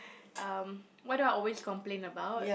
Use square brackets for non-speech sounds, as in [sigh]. um what do I always complain about [noise]